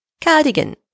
Cardigan